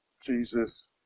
jesus